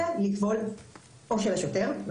או של השוטר.